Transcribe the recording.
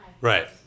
Right